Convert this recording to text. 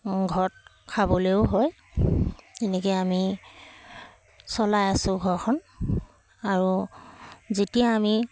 ঘৰত খাবলৈও হয় তেনেকৈয়ে আমি চলাই আছোঁ ঘৰখন আৰু যেতিয়া আমি